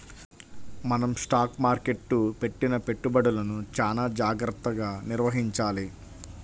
మనం స్టాక్ మార్కెట్టులో పెట్టిన పెట్టుబడులను చానా జాగర్తగా నిర్వహించాలి